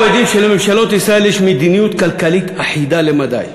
אנו עדים לכך שלממשלות ישראל יש מדיניות כלכלית אחידה למדי,